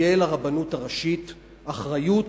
תהיה לרבנות הראשית אחריות,